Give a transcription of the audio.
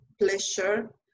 pleasure